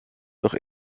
doch